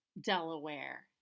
Delaware